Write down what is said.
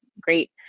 great